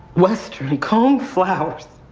western coneflowers